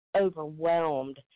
overwhelmed